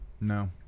No